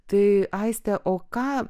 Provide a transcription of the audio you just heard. tai aiste o ką